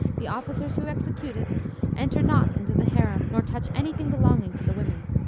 the officers who execute it enter not into the harem, nor touch any thing belonging to the women.